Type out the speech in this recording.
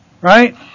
right